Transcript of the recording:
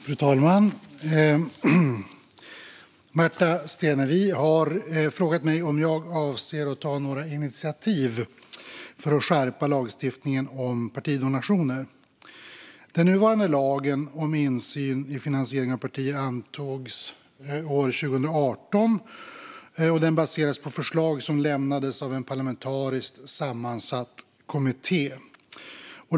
Fru talman! Märta Stenevi har frågat mig om jag avser att ta några initiativ för att skärpa lagstiftningen om partidonationer. Den nuvarande lagen om insyn i finansiering av partier antogs år 2018 och baseras på förslag som lämnades av en parlamentariskt sammansatt kommitté.